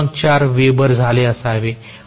4 वेबर झाले असावे